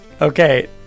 Okay